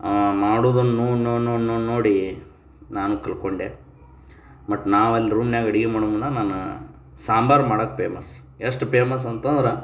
ಅವ ಮಾಡೋದನ್ ನೋಡಿ ನೋಡಿ ನೋಡಿ ನೋಡಿ ನೋಡಿ ನಾನು ಕಲ್ತ್ಕೊಂಡೆ ಬಟ್ ನಾವು ಅಲ್ಲಿ ರೂಮ್ನಾಗ್ ಅಡಿಗೆ ಮಾಡೋ ಮುನ್ನ ನಾನು ಸಾಂಬಾರು ಮಾಡಕ್ಕೆ ಪೇಮಸ್ ಎಷ್ಟು ಪೇಮಸ್ ಅಂತಂದ್ರೆ